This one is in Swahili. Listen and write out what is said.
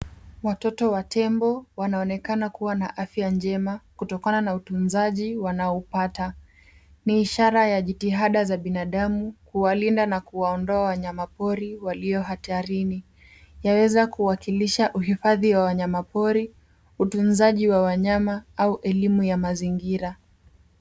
Watoto wa tembo wanaonekana kuwa na afya njema kutokana na utunzaji wanaopata. Ni ishara ya jitihada za binadamu kuwalinda na kuwaondoa wanyama pori walio hatarini. Yaweza kuwakilisha uhifadhi wa wanyama pori, utunzaji wa wanyama au elimu ya mazingira.